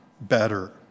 better